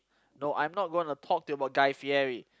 no I'm not going to talk about Guy-Fieri